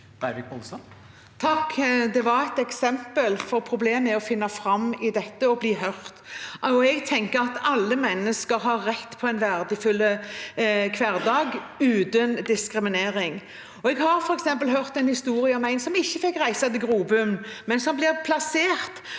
Det var et eksempel, for problemet er å finne fram i dette og bli hørt. Jeg tenker at alle mennesker har rett til en verdifull hverdag uten diskriminering. Jeg har f.eks. hørt en historie om en som ikke fikk reise til Grobunn, men ble plassert